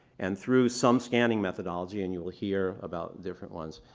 and through some scanning methodology and you will hear about different ones,